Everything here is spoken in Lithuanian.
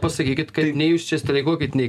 pasakykit kad nei jūs čia streikuokit nei